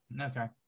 Okay